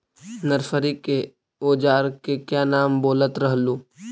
Nursery के ओजार के क्या नाम बोलत रहलू?